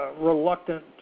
reluctant